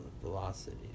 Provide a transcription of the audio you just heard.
velocity